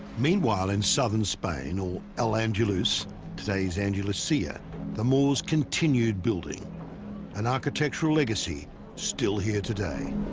meanwhile in southern spain or alandalus, today's andalusia the moors continued building an architectural legacy still here today.